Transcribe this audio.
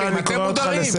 אתם מודרים?